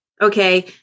Okay